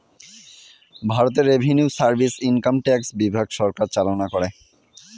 ভারতে revenue service income tax বিভাগ সরকার চালনা করে